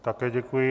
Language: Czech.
Také děkuji.